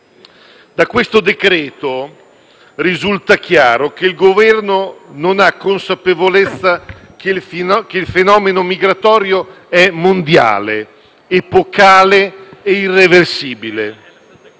Da questo decreto-legge risulta chiaro che il Governo non ha consapevolezza che il fenomeno migratorio è mondiale, epocale e irreversibile.